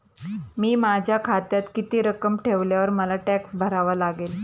मी माझ्या खात्यात किती रक्कम ठेवल्यावर मला टॅक्स भरावा लागेल?